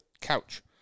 couch